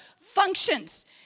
functions